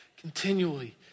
continually